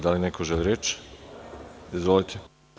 Da li neko želi reč? (Da) Izvolite.